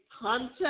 content